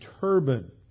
turban